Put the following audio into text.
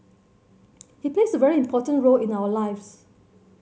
he plays a very important role in our lives